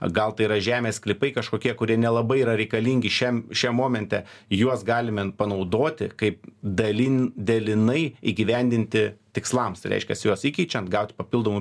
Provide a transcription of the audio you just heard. gal tai yra žemės sklypai kažkokie kurie nelabai yra reikalingi šiam šiam momente juos galime panaudoti kaip dalin dalinai įgyvendinti tikslams reiškias juos įkeičiant gaut papildomų